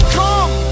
come